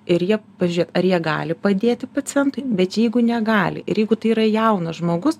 ir jie pažiūrėt ar jie gali padėti pacientui bet jeigu negali ir jeigu tai yra jaunas žmogus